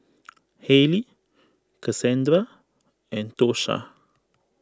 Haley Casandra and Tosha